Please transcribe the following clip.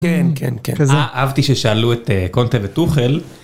כן, כן, כן. אהבתי ששאלו את קונטר ותוכל.